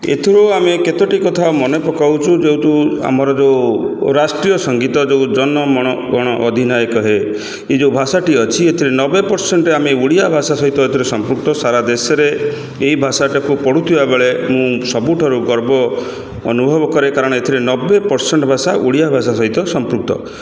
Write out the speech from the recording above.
ଏଥିରୁ ଆମେ କେତୋଟି କଥା ମନେ ପକାଉଛୁ ଯେଉଁଠୁ ଆମର ଯୋଉ ରାଷ୍ଟ୍ରୀୟ ସଙ୍ଗୀତ ଯେଉଁ ଜନ ମଣ ଗଣ ଅଧିନାୟକ ହେ ଏଇ ଯେଉଁ ଭାଷାଟି ଅଛି ଏଥିରେ ନବେ ପରସେଣ୍ଟ୍ ଆମେ ଓଡ଼ିଆ ଭାଷା ସହିତ ଏଥିରେ ସମ୍ପୃକ୍ତ ସାରା ଦେଶରେ ଏଇ ଭାଷାଟାକୁ ପଢ଼ୁଥିବା ବେଳେ ମୁଁ ସବୁଠାରୁ ଗର୍ବ ଅନୁଭବ କରେ କାରଣ ଏଥିରେ ନବେ ପରସେଣ୍ଟ୍ ଭାଷା ଓଡ଼ିଆ ଭାଷା ସହିତ ସମ୍ପୃକ୍ତ